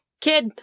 Kid